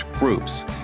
groups